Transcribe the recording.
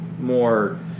more